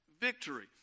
victory